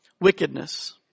wickedness